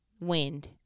Wind